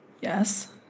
Yes